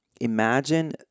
imagine